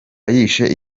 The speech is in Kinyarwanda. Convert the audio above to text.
yishe